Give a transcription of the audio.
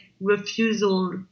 refusal